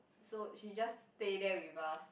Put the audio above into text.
so she just stay there with us